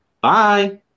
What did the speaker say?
Bye